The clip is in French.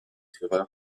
fureur